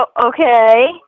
okay